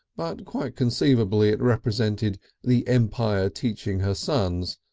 but quite conceivably it represented the empire teaching her sons,